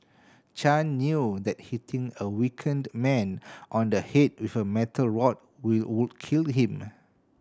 Chan knew that hitting a weakened man on the head with a metal rod would kill him